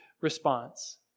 response